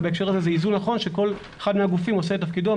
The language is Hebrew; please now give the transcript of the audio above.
ובהקשר הזה זה איזון נכון שכל אחד מהגופים עושה את תפקידו,